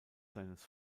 seines